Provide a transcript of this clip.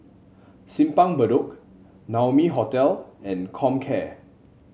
Simpang Bedok Naumi Hotel and Comcare